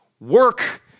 Work